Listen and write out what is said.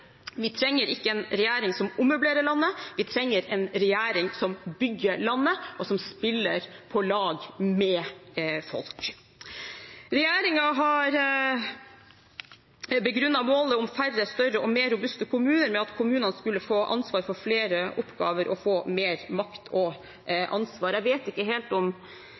Vi trenger ikke en regjering som ommøblerer landet, vi trenger en regjering som bygger landet, og som spiller på lag med folk. Regjeringen har begrunnet målet om færre, større og mer robuste kommuner med at kommunene skulle få ansvar for flere oppgaver og mer makt og ansvar. Jeg vet ikke helt om